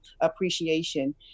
appreciation